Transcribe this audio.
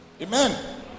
Amen